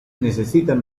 necesitan